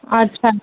अच्छा